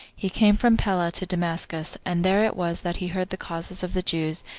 he came from pella to damascus and there it was that he heard the causes of the jews,